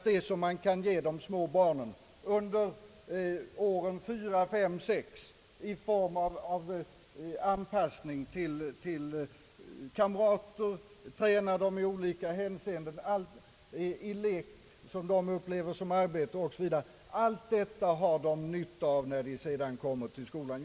Det man kan ge barn i åldern fyra till sex år i form av anpassning till kamrater, träning i olika avseenden, lek som de upplever som arbete osv., är alli sådant som de har nytta av när de börjar skolan.